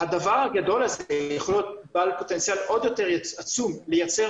הדבר הגדול הזה יכול להיות בעל פוטנציאל עצום ולייצר